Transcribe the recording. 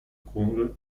конго